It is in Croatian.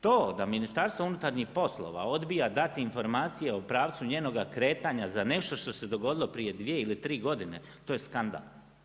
To da Ministarstvo unutarnjih poslova odbija dati informaciju o pravcu njenoga kretanja, za nešto što se dogodilo prije 2 ili 3 godine, to je skandal.